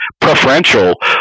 preferential